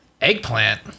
Eggplant